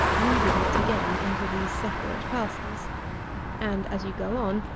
kneading it again into these separate parcels and, as you go on,